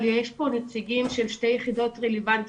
אבל יש פה נציגים של שתי יחידות רלוונטיות,